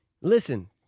listen